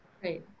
Great